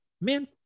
man